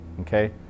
Okay